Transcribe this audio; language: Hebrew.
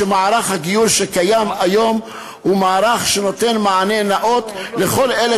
שמערך הגיור שקיים היום נותן מענה נאות לכל אלה